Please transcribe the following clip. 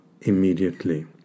immediately